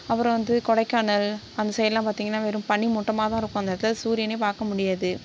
அப்புறம் வந்து கொடைக்கானல் அந்த சைட்லாம் பார்த்திங்கனா வெறும் பனிமூட்டமாகதான் இருக்கும் அந்த இடத்துல சூரியனே பார்க்க முடியாது